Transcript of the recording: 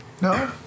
No